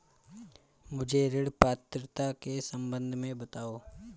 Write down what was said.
मुझे ऋण पात्रता के सम्बन्ध में बताओ?